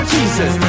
Jesus